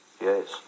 Yes